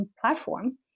platform